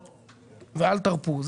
תמשיכו ואל תרפו.